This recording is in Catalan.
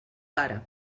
pare